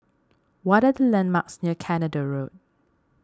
what are the landmarks near Canada Road